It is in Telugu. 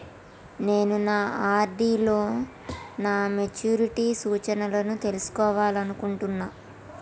నేను నా ఆర్.డి లో నా మెచ్యూరిటీ సూచనలను తెలుసుకోవాలనుకుంటున్నా